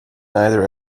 neither